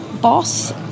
Boss